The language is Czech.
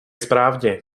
správně